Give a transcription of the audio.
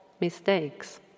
mistakes